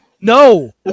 No